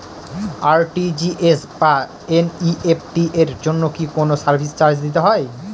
RTGS বা NEFT এর জন্য কি কোনো সার্ভিস চার্জ দিতে হয়?